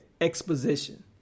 exposition